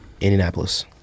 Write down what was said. Indianapolis